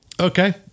Okay